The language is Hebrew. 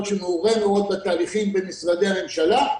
שמעורה מאוד בתהליכים במשרדי הממשלה.